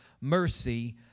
mercy